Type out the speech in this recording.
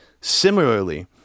similarly